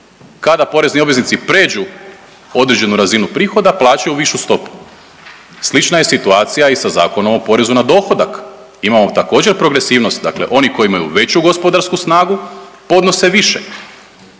kada porezni obveznici pređu određenu razinu prihoda, plaćaju višu stopu. Slična je situacija i sa Zakonom o porezu na dohodak. Imamo također, progresivnost, dakle oni koji imaju veću gospodarsku snagu, podnose više.